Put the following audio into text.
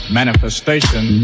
manifestation